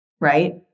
right